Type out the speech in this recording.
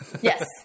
Yes